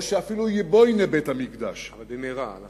או שאפילו "ייבונה" בית-המקדש, אבל במהרה.